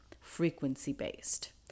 frequency-based